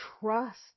trust